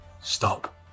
stop